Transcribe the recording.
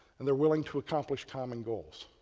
and they're willing to accomplish common goals.